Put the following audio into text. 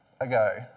Ago